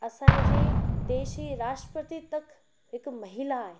असांजे देश जी राष्ट्रपति तक हिकु महिला आहे